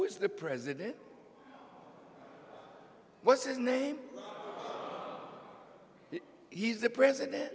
is the president what's his name he's the president